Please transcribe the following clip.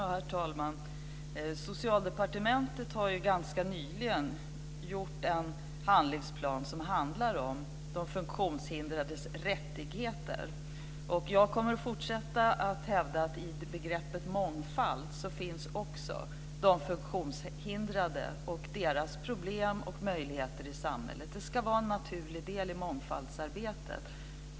Herr talman! Socialdepartementet har ganska nyligen gjort en handlingsplan som handlar om de funktionshindrades rättigheter. Jag kommer att fortsätta att hävda att i begreppet mångfald ingår också de funktionshindrade och deras problem och möjligheter i samhället. Det ska vara en naturlig del i mångfaldsarbetet.